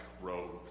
road